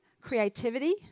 creativity